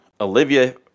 Olivia